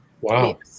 Wow